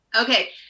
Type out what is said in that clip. Okay